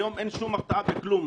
היום אין שום הרתעה בכלום.